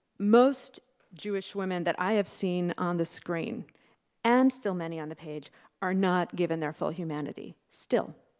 most jewish women that i have seen on the screen and still many on the page are not given their full humanity, still.